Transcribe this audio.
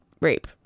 rape